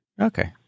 Okay